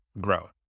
grow